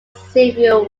several